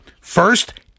First